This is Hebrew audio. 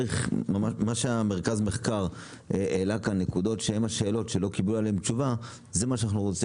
הנקודות שהעלה מרכז המחקר ולא קיבלנו עליהן תשובות צריכות להיות,